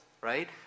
right